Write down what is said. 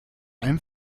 allem